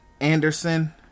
Anderson